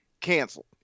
canceled